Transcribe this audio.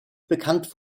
bekannt